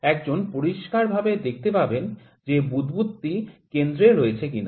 একজন পরিষ্কারভাবে দেখতে পাবেন যে বুদ্বুদটি কেন্দ্রে রয়েছে নাকি